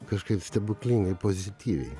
kažkaip stebuklingai pozityviai